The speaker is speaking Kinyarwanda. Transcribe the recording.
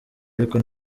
ariko